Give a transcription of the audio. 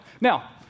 Now